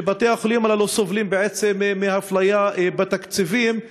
שבתי-החולים הללו סובלים מאפליה בתקציבים,